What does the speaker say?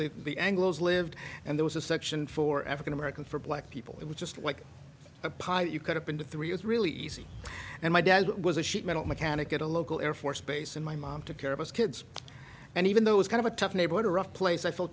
be anglos lived and there was a section for african americans for black people it was just like a pilot you could have been to three is really easy and my dad was a sheet metal mechanic at a local air force base and my mom took care of us kids and even though was kind of a tough neighborhood a rough place i fe